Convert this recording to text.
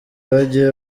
bagiye